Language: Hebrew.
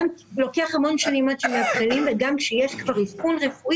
לוקח המון שנים עד שמבחינים וגם כשיש מצב רפואי,